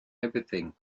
everything